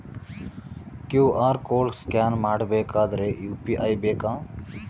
QR code scan ಮಾಡಬೇಕಾದರೆ UPI ಬೇಕಾ?